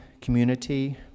community